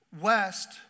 west